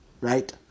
Right